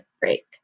break